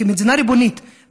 כמדינה ריבונית,